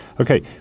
Okay